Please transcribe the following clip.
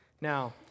Now